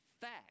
fact